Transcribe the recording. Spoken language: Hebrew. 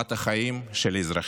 ברמת החיים של האזרחים.